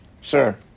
sir